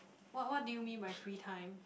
what what do you mean by free time